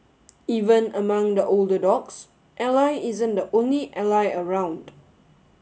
even among the older dogs Ally isn't the only Ally around